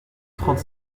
trente